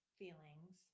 feelings